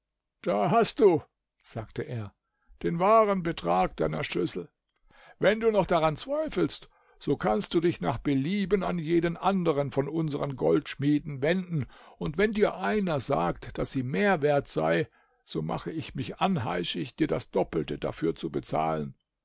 da hast du sagte er den wahren betrag deiner schüssel wenn du noch daran zweifelst so kannst du dich nach belieben an jeden anderen von unsern goldschmieden wenden und wenn dir einer sagt daß sie mehr wert sei so mache ich mich anheischig dir das doppelte dafür zu bezahlen